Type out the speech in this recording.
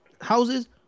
houses